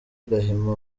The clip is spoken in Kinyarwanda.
gahima